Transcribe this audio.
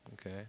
Okay